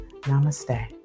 Namaste